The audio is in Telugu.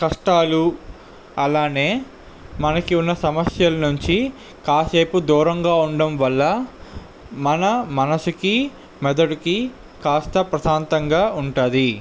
కష్టాలు అలాగే మనకు ఉన్న సమస్యల నుంచి కాసేపు దూరంగా ఉండటం వల్ల మన మనసుకు మెదడుకు కాస్త ప్రశాంతంగా ఉంటుంది